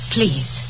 Please